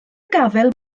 gafael